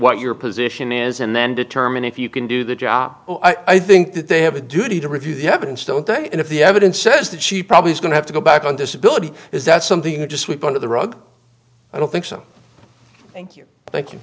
what your position is and then determine if you can do the job i think that they have a duty to review the evidence to one thing and if the evidence says that she probably is going to have to go back on disability is that something to sweep under the rug i don't think so thank you thank you